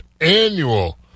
annual